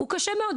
הוא קשה מאוד.